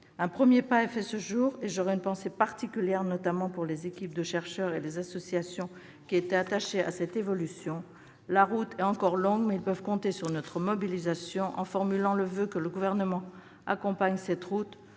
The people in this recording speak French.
Un premier pas est fait aujourd'hui, et j'aurai une pensée particulière notamment pour les équipes de chercheurs et les associations qui étaient attachées à cette évolution. La route est encore longue, mais ils peuvent compter sur notre mobilisation. Nous formons le voeu que le Gouvernement accompagne cette route